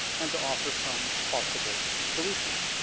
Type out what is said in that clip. and to offer some possible solutions.